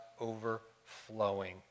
overflowing